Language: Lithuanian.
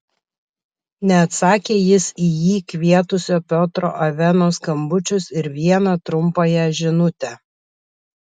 neatsakė jis į jį kvietusio piotro aveno skambučius ir vieną trumpąją žinutę